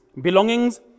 Belongings